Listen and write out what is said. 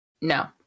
No